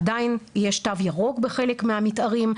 עדיין יש תו ירוק בחלק מהמתארים,